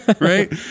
right